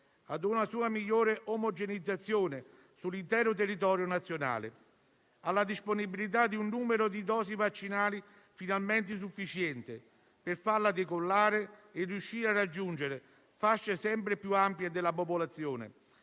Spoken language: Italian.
ad una sua migliore omogeneizzazione sull'intero territorio nazionale, alla disponibilità di un numero di dosi vaccinali finalmente sufficiente per farla decollare e riuscire a raggiungere fasce sempre più ampie della popolazione,